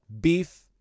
beef